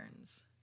turns